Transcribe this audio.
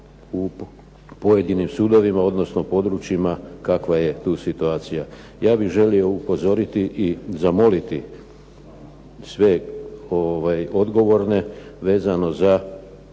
u pojedinim sudovima, odnosno područjima kakva je tu situacija. Ja bih želio upozoriti i zamoliti sve odgovorne vezano za